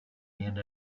and